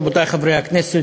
רבותי חברי הכנסת,